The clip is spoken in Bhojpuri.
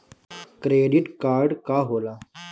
क्रेडिट कार्ड का होला?